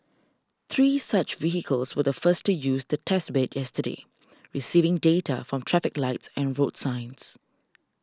three such vehicles were the first to use the test bed yesterday receiving data from traffic lights and road signs